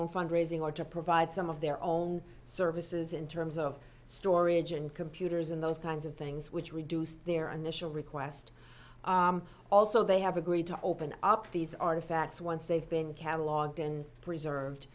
own fundraising or to provide some of their own services in terms of storage and computers and those kinds of things which reduced their initial request also they have agreed to open up these artifacts once they've been catalogued in preserved